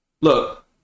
Look